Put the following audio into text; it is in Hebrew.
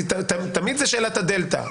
כי תמיד זה שאלת הדלתא.